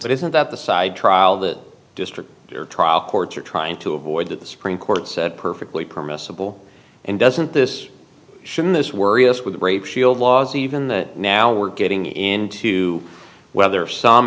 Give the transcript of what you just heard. but isn't that the side trial the district their trial courts are trying to avoid that the supreme court said perfectly permissible and doesn't this shouldn't this worry us with rape shield laws even the now we're getting into whether some